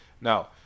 Now